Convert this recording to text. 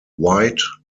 white